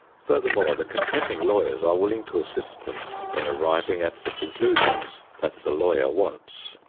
furthermore, the contending lawyers are willing to assist them in arriving at the conclusions that the lawyer wants.